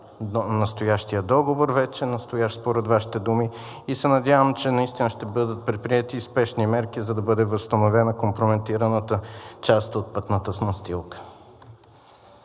настоящия договор, вече настоящ според вашите думи, и се надявам, че наистина ще бъдат предприети и спешни мерки, за да бъде възстановена компрометираната част от пътната настилка.